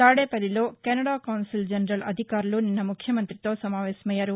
తాదేపల్లిలో Canada consul general అధికారులు నిన్న ముఖ్యమంత్రి తో సమావేశమయ్యారు